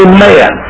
Amen